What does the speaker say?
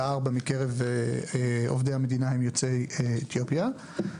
ישיבת ועדה בנושא ייצוג הולם בקרב עובד מדינה לעולים חדשים,